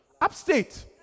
Upstate